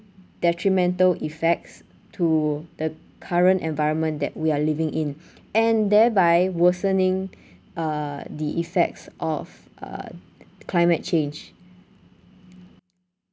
detrimental effects to the current environment that we are living in and thereby worsening uh the effects of uh climate change